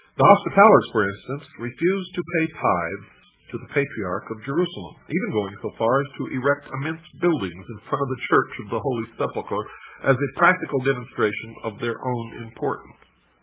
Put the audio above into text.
the hospitallers, for instance, refused to pay tithes to the patriarch of jerusalem, even going so far as to erect immense buildings in front of the church of the holy sepulchre, like ah as a practical demonstration of their own importance.